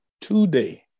today